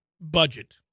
budget